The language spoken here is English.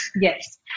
yes